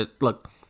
Look